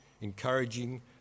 encouraging